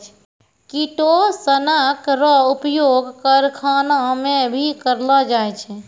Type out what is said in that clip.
किटोसनक रो उपयोग करखाना मे भी करलो जाय छै